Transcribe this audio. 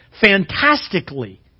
fantastically